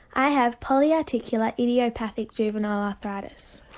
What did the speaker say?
i have polyarticular idiopathic juvenile arthritis.